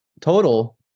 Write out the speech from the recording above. total